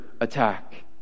attack